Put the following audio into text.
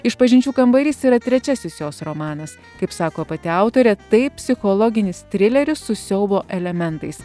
išpažinčių kambarys yra trečiasis jos romanas kaip sako pati autorė tai psichologinis trileris su siaubo elementais